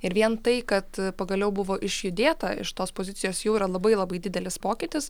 ir vien tai kad pagaliau buvo išjudėta iš tos pozicijos jau yra labai labai didelis pokytis